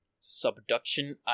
Subduction